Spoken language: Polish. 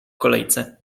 kolejce